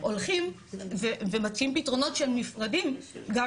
הולכים ומציעים פתרונות שהם נפרדים גם